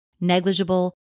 negligible